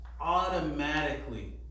automatically